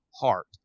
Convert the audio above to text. heart